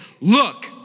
Look